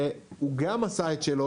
והוא גם עשה את שלו,